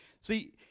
See